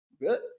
good